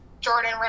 Jordan